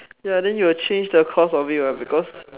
ya then you will change the course of it what because